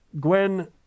Gwen